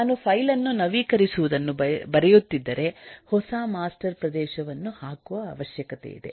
ನಾನು ಫೈಲ್ ಅನ್ನು ನವೀಕರಿಸುವುದನ್ನು ಬರೆಯುತ್ತಿದ್ದರೆ ಹೊಸ ಮಾಸ್ಟರ್ ಪ್ರದೇಶವನ್ನು ಹಾಕುವ ಅವಶ್ಯಕತೆಯಿದೆ